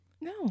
No